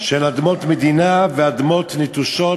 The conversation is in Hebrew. של אדמות מדינה ואדמות נטושות,